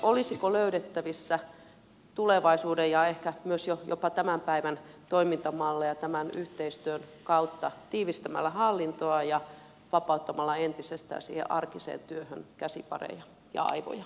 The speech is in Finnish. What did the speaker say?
olisiko löydettävissä tulevaisuuden ja ehkä jo jopa tämän päivän toimintamalleja tämän yhteistyön kautta tiivistämällä hallintoa ja vapauttamalla entisestään siihen arkiseen työhön käsipareja ja aivoja